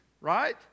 right